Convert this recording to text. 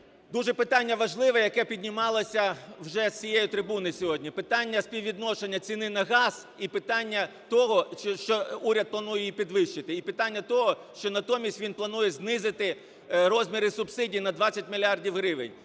важливе, яке піднімалося вже з цієї трибуни сьогодні: питання співвідношення ціни на газ і питання того, що уряд планує її підвищити, і питання того, що натомість він планує знизити розміри субсидій на 20 мільярдів